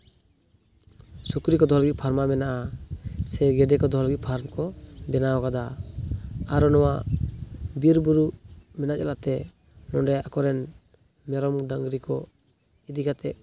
ᱥᱩᱠᱨᱤ ᱠᱚ ᱫᱚᱦᱚ ᱞᱟᱹᱜᱤᱫ ᱯᱷᱟᱨᱢᱟ ᱢᱮᱱᱟᱜᱼᱟ ᱥᱮ ᱜᱮᱰᱮ ᱠᱚ ᱫᱚᱦᱚ ᱞᱟᱹᱜᱤᱫ ᱯᱷᱟᱨᱢ ᱠᱚ ᱵᱮᱱᱟᱣ ᱠᱟᱫᱟ ᱟᱨᱚ ᱱᱚᱣᱟ ᱵᱤᱨ ᱵᱩᱨᱩ ᱢᱮᱱᱟᱜ ᱡᱟᱞᱟ ᱛᱮ ᱱᱚᱰᱮ ᱟᱠᱚ ᱨᱮᱱ ᱢᱮᱨᱚᱢ ᱰᱟᱹᱝᱨᱤ ᱠᱚ ᱤᱫᱤ ᱠᱟᱛᱮ